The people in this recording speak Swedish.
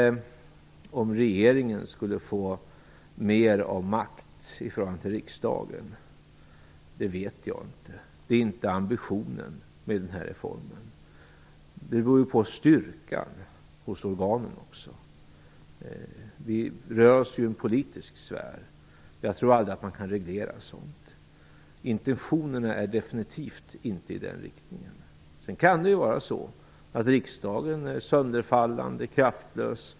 Om regeringen skulle få mer makt i förhållande till riksdagen vet jag inte. Det är inte ambitionen med reformen. Det beror ju på styrkan hos organen. Vi rör oss i en politisk sfär. Jag tror inte att man kan reglera sådant. Intentionerna går definitivt inte i den riktningen. Det kan ju vara så att riksdagen är sönderfallande och kraftlös.